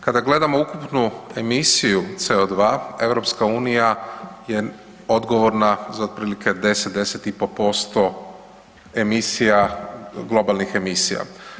Kada gledamo ukupnu emisiju CO2, EU je odgovorna za otprilike 10, 10,5% emisija, globalnih emisije.